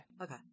Okay